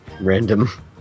random